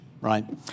right